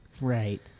Right